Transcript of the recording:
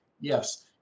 Yes